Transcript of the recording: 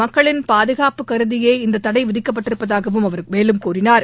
மக்களின் பாதுகாப்பு கருதியே இந்த தடை விதிக்கப்பட்டிருப்பதாக அவர் தெரிவித்தார்